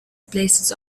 places